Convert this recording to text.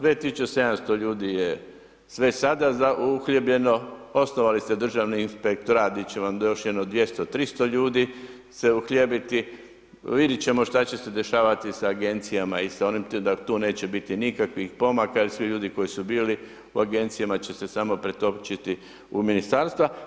2700 ljudi je sve sada uhljebljeno, osnovali ste Državni inspektorat gdje će vam još jedno 200, 300 ljudi se uhljebiti, vidit ćemo šta će se dešavat sa agencijama i sa onim tu neće biti nikakvih pomaka jer su ljudi koji su bili u agencijama će se samo pretočiti u ministarstva.